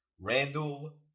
Randall